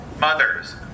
mothers